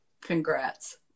Congrats